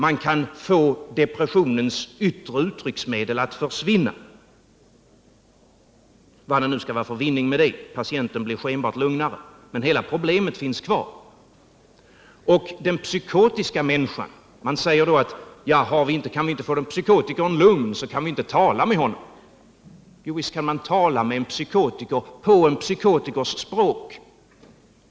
Man kan få depressionens yttre uttryck att försvinna — vad det nu skall vara för vinning med det. Patienten blir skenbart lugnare, men hela problemet finns kvar. När det gäller den psykotiska människan säger man: Kan vi inte få psykotikern lugn så kan vi inte tala med honom. Jovisst kan man tala med en psykotiker — på psykotikerns språk.